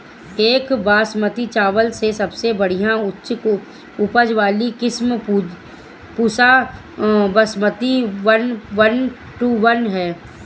एक बासमती चावल में सबसे बढ़िया उच्च उपज वाली किस्म Pusa basmati one one two one ह?